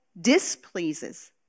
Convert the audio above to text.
displeases